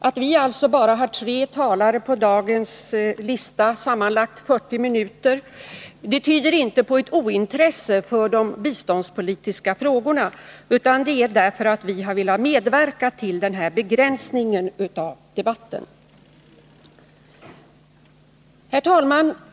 Att vi alltså bara har tre talare på dagens talarlista med en taletid på sammanlagt fyrtio minuter tyder inte på ett ointresse för de biståndspolitiska frågorna, utan det är därför att vi har velat medverka till den här begränsningen av debatten. Herr talman!